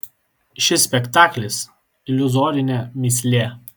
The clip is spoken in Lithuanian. šis spektaklis iliuzorinė mįslė